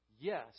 yes